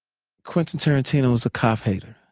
quentin tarantino is a cop hater.